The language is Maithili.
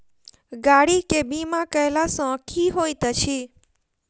गाड़ी केँ बीमा कैला सँ की होइत अछि?